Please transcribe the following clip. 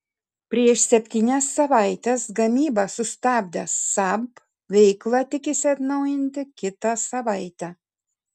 prieš septynias savaites gamybą sustabdęs saab veiklą tikisi atnaujinti kitą savaitę